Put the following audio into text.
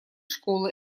школы